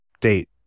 date